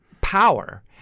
power